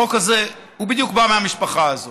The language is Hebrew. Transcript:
החוק הזה, הוא בדיוק בא מהמשפחה הזאת.